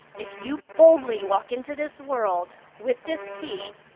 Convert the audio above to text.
if you boldly walk into this world with this key,